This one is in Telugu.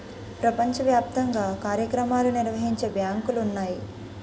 ప్రపంచ వ్యాప్తంగా కార్యక్రమాలు నిర్వహించే బ్యాంకులు ఉన్నాయి